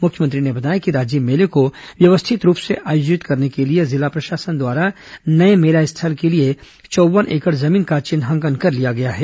मुख्यमंत्री ने बताया कि राजिम मेले को व्यवस्थित रूप से आयोजित करने के लिए जिला प्रशासन द्वारा नये मेला स्थल के लिए चौव्वन एकड़ जमीन का चिन्हांकन कर लिया गया है